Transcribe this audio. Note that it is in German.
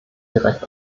direkt